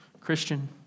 Christian